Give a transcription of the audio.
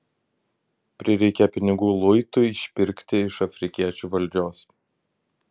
prireikė pinigų luitui išpirkti iš afrikiečių valdžios